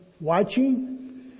watching